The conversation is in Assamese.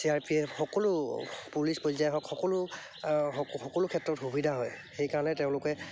চি আৰ পি এফ সকলো পুলিচ পৰ্যায় হওক সকলো সকলো ক্ষেত্ৰত সুবিধা হয় সেইকাৰণে তেওঁলোকে